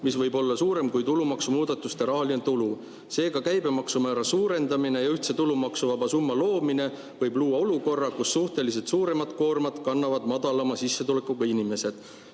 mis võib olla suuremgi kui tulumaksumuudatustest saadav rahaline tulu. Seega, käibemaksu määra suurendamine ja ühtse tulumaksuvaba miinimumi kehtestamine võib luua olukorra, kus suhteliselt suuremat koormat kannavad madalama sissetulekuga inimesed.